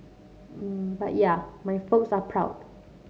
but yeah my folks are proud